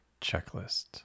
checklist